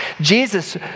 Jesus